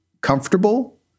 comfortable